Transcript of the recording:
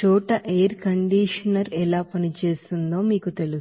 చోట air conditioner ఎలా పనిచేస్తుందో మీకు తెలుసు